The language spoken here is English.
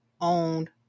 owned